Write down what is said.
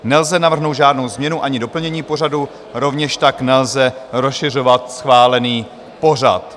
Nelze navrhnout žádnou změnu ani doplnění pořadu, rovněž tak nelze rozšiřovat schválený pořad.